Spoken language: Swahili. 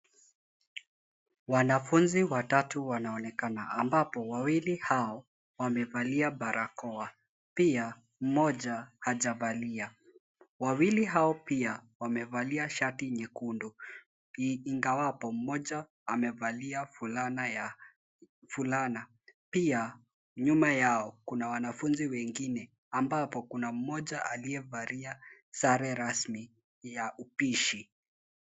Wanafunzi watatu wanaonekana ambapo wawili hao wamevalia barakoa, pia mmoja hajavalia. Wawili hao pia wamevalia shati nyekundu ingawapo mmoja amevalia fulana ya- fulana. Pia nyuma yao kuna wanafunzi wengine ambapo kuna mmoja aliyevalia sare rasmi ya upishi.